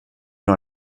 nur